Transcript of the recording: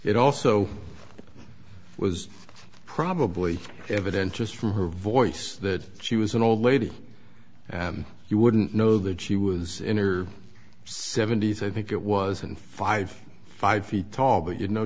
it also was probably evident just from her voice that she was an old lady and you wouldn't know that she was in her seventy's i think it was and five five feet tall but you know